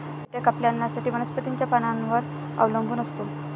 कीटक आपल्या अन्नासाठी वनस्पतींच्या पानांवर अवलंबून असतो